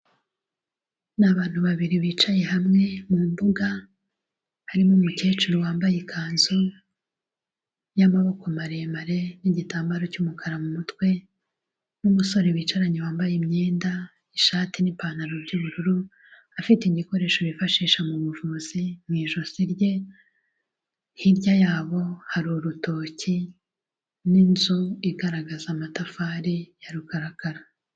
Ni abantu babiri bicaye hamwe mu mbuga, harimo umukecuru wambaye ikanzu y'amaboko maremare n'igitambaro cy'umukara mu mutwe n'umusore bicaranye wambaye imyenda ishati nipantaro by'ubururu afite igikoresho bifashisha mu buvuzi mu ijosi rye, hirya yabo hari urutoki n'inzu igaragaza amatafari ya rukarakara.